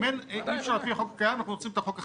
אם אי אפשר לפי החוק הקיים אנחנו רוצים את החוק החדש.